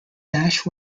nash